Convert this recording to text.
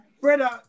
Brother